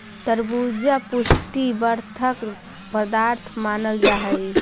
तरबूजा पुष्टि वर्धक पदार्थ मानल जा हई